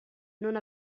non